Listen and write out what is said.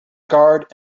guard